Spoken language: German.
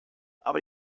aber